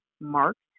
marked